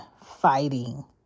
fighting